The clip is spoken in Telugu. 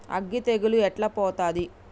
అగ్గి తెగులు ఎట్లా పోతది?